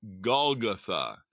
Golgotha